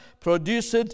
produced